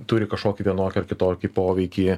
turi kažkokį vienokį ar kitokį poveikį